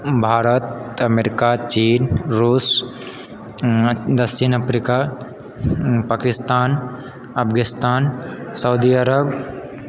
Bharat America चीन रूस दक्षिण अफ्रीका पाकिस्तान अफगिस्तान सउदी अरब